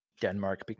denmark